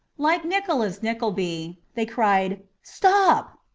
like nicholas nickleby, they cried stop!